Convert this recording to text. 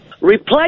replace